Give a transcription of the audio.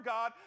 God